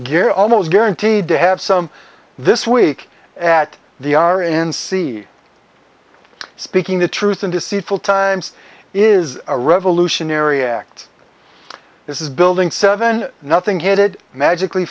gear almost guaranteed to have some this week at the r n c speaking the truth in deceitful times is a revolutionary act this is building seven nothing headed magically